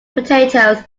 potatoes